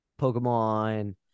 Pokemon